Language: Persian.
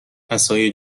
عصای